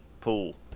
pool